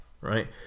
right